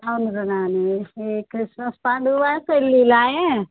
అవునురా నాని ఈ క్రిస్మస్ పండుగ పాయె పెళ్ళిళ్ళు ఆయ